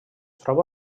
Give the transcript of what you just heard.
troba